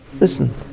Listen